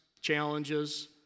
challenges